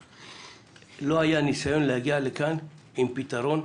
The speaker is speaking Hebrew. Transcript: ולא היה ניסיון להגיע לכאן עם פתרון,